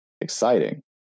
exciting